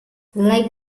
like